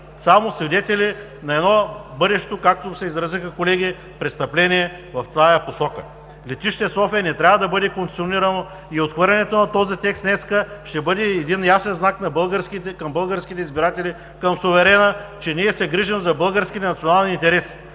ставаме свидетели на едно бъдещо, както се изразиха колегите, „престъпление“ в тази посока. Летище София не трябва да бъде концесионирано. Отхвърлянето на този текст днес ще бъде ясен знак към българските избиратели, към суверена, че ние се грижим за българските национални интереси,